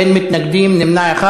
בעד, 3, אין מתנגדים, נמנע אחד.